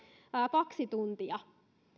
kaksi tuntia